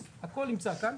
אז הכול נמצא כאן,